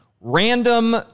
random